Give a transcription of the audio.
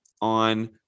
on